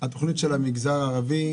התוכנית של המגזר הערבי,